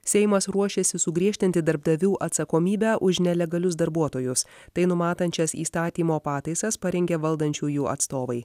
seimas ruošiasi sugriežtinti darbdavių atsakomybę už nelegalius darbuotojus tai numatančias įstatymo pataisas parengė valdančiųjų atstovai